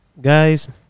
guys